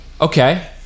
Okay